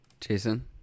Jason